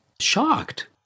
shocked